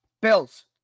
Bills